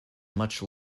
much